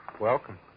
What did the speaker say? Welcome